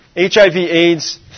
HIV-AIDS